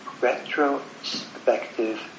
retrospective